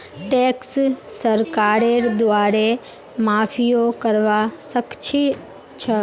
tax सरकारेर द्वारे माफियो करवा सख छ